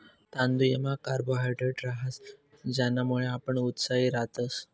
तांदुयमा कार्बोहायड्रेट रहास ज्यानामुये आपण उत्साही रातस